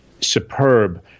superb